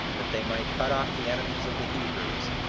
that they might cut off the enemies of the hebrews,